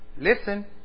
Listen